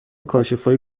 کاشفای